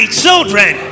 children